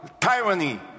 tyranny